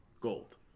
gold